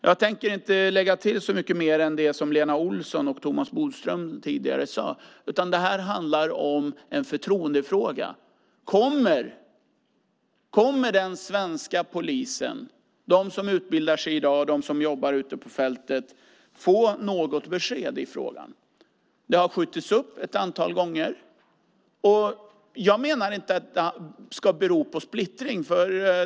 Jag ska inte lägga till så mycket till det som Lena Olsson och Thomas Bodström tidigare sade. Det är en förtroendefråga. Kommer den svenska polisen, de som utbildas i dag och de som jobbar på fältet, att få något besked i frågan? Det har skjutits upp ett antal gånger. Jag menar att allt inte ska bero på splittring.